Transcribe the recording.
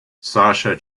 sasha